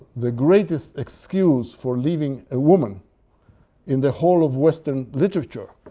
the greatest excuse for leaving a woman in the whole of western literature